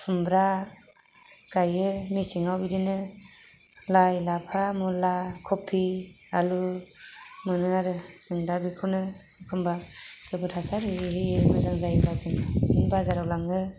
खुमब्रा गायो मेसेङावबो बिदिनो लाइ लाफा मुला कबि आलु मोनो आरो जों दा बेखौनो एखनबा गोबोर हासार होयै होयै मोजां जायोब्ला जों बाजाराव लाङो